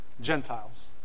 Gentiles